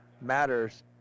matters